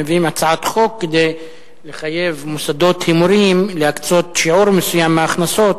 מביאים הצעת חוק כדי לחייב מוסדות הימורים להקצות שיעור מסוים מההכנסות